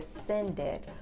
descended